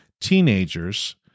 teenagers